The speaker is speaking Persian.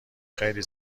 خیلی